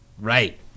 right